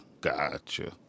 Gotcha